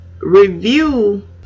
review